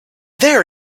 there